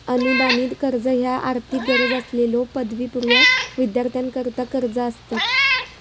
अनुदानित कर्ज ह्या आर्थिक गरज असलेल्यो पदवीपूर्व विद्यार्थ्यांकरता कर्जा असतत